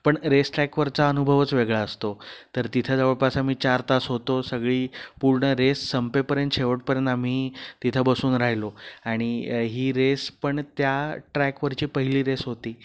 पण रेस ट्रॅकवरचा अनुभवच वेगळा असतो तर तिथं जवळपास आम्ही चार तास होतो सगळी पूर्ण रेस संपेपर्यंत शेवटपर्यंत आम्ही तिथं बसून राहिलो आणि ही रेस पण त्या ट्रॅकवरची पहिली रेस होती